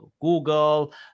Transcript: Google